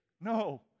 No